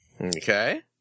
Okay